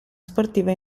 sportivo